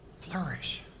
Flourish